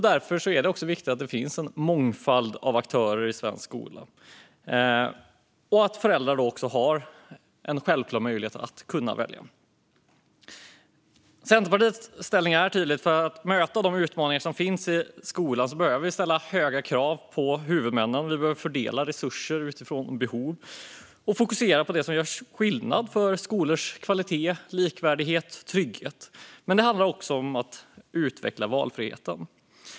Därför är det också viktigt att det finns en mångfald av aktörer i svensk skola och att föräldrar har en självklar möjlighet att välja. Centerpartiets ställning är tydlig. För att möta de utmaningar som finns i skolan behöver vi ställa höga krav på huvudmännen. Vi behöver fördela resurser efter behov och fokusera på det som gör skillnad för skolors kvalitet, likvärdighet och trygghet. Men det handlar också om att utveckla valfriheten.